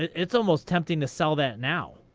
it's almost tempting to sell that now.